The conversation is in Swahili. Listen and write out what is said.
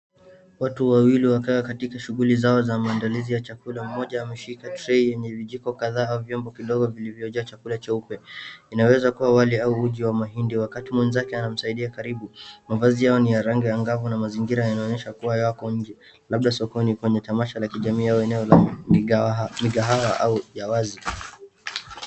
Watu wawili wakawa katika shughuli zao za maandalizi ya chakula. Mmoja ameshika tray yenye vijiko kadhaa au vyombo kidogo vilivyojaa chakula cheupe. Inaweza kuwa wali au uji wa mahindi. Wakati mwenzake anamsaidia karibu, mavazi yao ni ya rangi angavu na mazingira yanaonyesha kuwa yako nje, labda sokoni au kwenye tamasha la kijamii yao. Eneo la dhahara au la wazi.